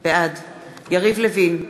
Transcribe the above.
בעד יריב לוין,